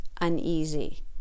uneasy